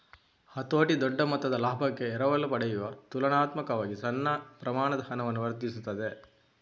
ಹತೋಟಿ ದೊಡ್ಡ ಮೊತ್ತದ ಲಾಭಕ್ಕೆ ಎರವಲು ಪಡೆಯುವ ತುಲನಾತ್ಮಕವಾಗಿ ಸಣ್ಣ ಪ್ರಮಾಣದ ಹಣವನ್ನು ವರ್ಧಿಸುತ್ತದೆ